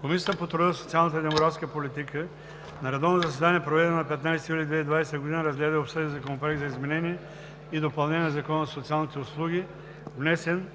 Комисията по труда, социалната и демографската политика на редовно заседание, проведено на 15 юли 2020 г., разгледа и обсъди Законопроекта за изменение и допълнение на Закона за социалните услуги, внесен